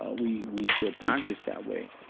ah we we still practice that way.